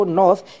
north